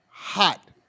Hot